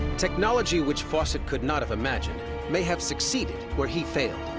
technology which fawcett could not have imagined may have succeeded where he failed.